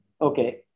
okay